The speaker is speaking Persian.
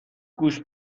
گوش